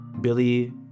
Billy